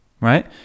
right